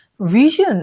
vision